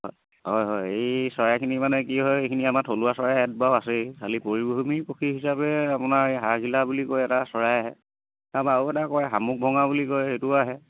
হয় হয় হয় এই চৰাইখিনি মানে কি হয় এইখিনি আমাৰ থলুৱা চৰাই ইয়াত বাৰু আছেই খালী পৰিভ্ৰমী পক্ষী হিচাপে আপোনাৰ এই হাড়গিলা বুলি কয় এটা চৰাই আহে তাৰপৰা আৰু এটা কয় শামুক ভঙা বুলি কয় সেইটো আহে